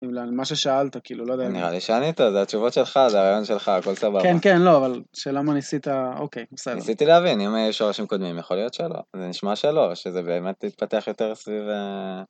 למה ששאלת כאילו לא נראה לי שאני תודה תשובות שלך זה הרעיון שלך הכל סבבה כן כן לא אבל שלמה ניסית אוקיי ניסיתי להבין אם יש שורשים קודמים יכול להיות שלא נשמע שלא שזה באמת יתפתח יותר סביב אה...